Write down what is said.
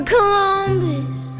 Columbus